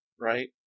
right